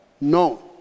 no